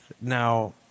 Now